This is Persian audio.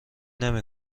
نمی